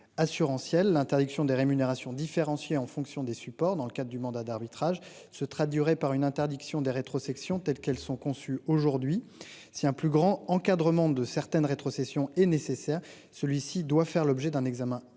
l'interdiction des rémunérations différenciées en fonction des supports dans le cadre du mandat d'arbitrage se traduirait par une interdiction des rétrocessions telles qu'elles sont conçues aujourd'hui si un plus grand encadrement de certaines rétrocessions est nécessaire. Celui-ci doit faire l'objet d'un examen